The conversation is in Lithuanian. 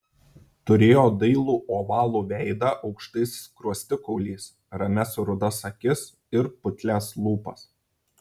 turėjo dailų ovalų veidą aukštais skruostikauliais ramias rudas akis ir putlias lūpas